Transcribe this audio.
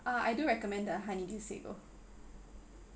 uh I do recommend the honeydew sago